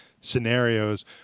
scenarios